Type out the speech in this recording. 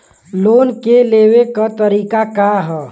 Loan के लेवे क तरीका का ह?